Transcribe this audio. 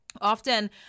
often